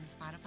Spotify